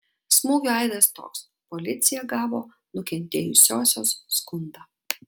smūgio aidas toks policija gavo nukentėjusiosios skundą